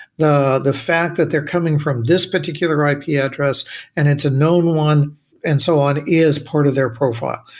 the the fact that they're coming from this particular ah ip yeah address and it's a known one and so on is part of their profile.